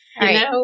Right